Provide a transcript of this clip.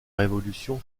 révolution